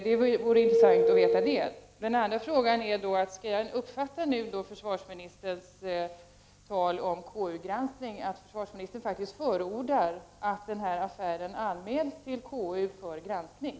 Jag vill också ställa frågan: Skall jag uppfatta försvarsministerns tal om KU-granskning så, att försvarsministern faktiskt förordar att den här affären anmäls till KU för granskning?